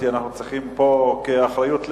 אנו צריכים פה, כנושאים באחריות לאומית,